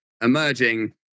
emerging